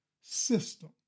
system